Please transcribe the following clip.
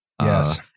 Yes